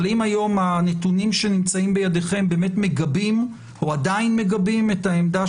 האם היום הנתונים שנמצאים בידיכם באמת מגבים או עדיין מגבים את העמדה